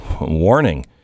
warning